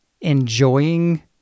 enjoying